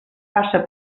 passa